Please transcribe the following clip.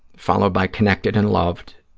followed by connected and loved,